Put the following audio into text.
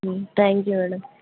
thank you madam